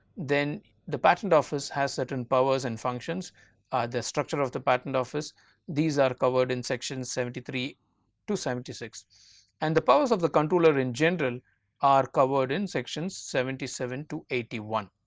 then the patent office has certain powers and functions are the structure of the patent office these are covered in section seventy three to seventy six and the powers of the controller in general are covered in section seventy seven to eighty one.